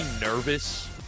nervous